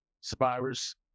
survivors